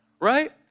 right